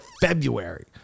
February